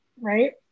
right